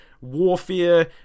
warfare